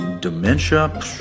dementia